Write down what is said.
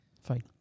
Fine